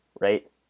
right